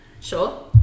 Sure